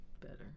better